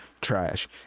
trash